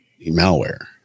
malware